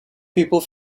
people